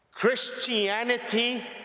Christianity